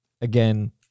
again